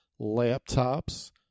laptops